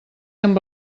amb